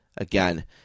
again